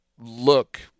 look